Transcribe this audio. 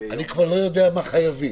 --- אני כבר לא יודע מה חייבים,